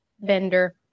vendor